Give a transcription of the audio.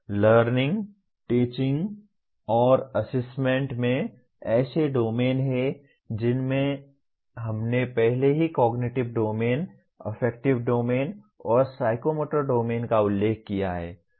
learning teaching और assessment में ऐसे डोमेन हैं जिनमें हमने पहले ही कॉगनिटिव डोमेन अफेक्टिव डोमेन और साइकोमोटर डोमेन का उल्लेख किया है